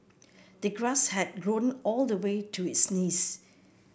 the grass had grown all the way to his knees